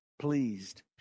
pleased